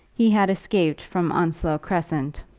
he had escaped from onslow crescent